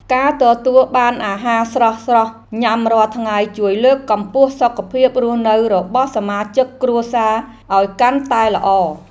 ការទទួលបានអាហារស្រស់ៗញ៉ាំរាល់ថ្ងៃជួយលើកកម្ពស់សុខភាពរស់នៅរបស់សមាជិកគ្រួសារឱ្យកាន់តែល្អ។